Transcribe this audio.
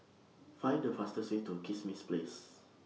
Find The fastest Way to Kismis Place